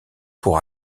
pour